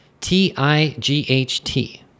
T-I-G-H-T